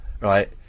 right